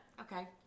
Okay